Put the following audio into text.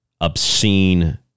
obscene